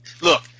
Look